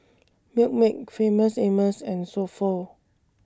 Milkmaid Famous Amos and So Pho